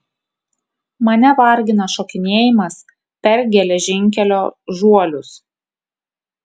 mane vargina šokinėjimas per geležinkelio žuolius